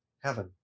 heaven